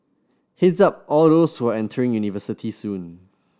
head's up all those who are entering university soon